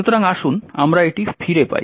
সুতরাং আসুন আমরা এটি ফিরে পাই